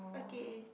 okay